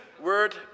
word